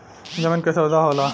जमीन क सौदा होला